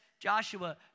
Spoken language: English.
Joshua